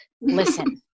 listen